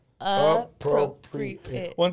Appropriate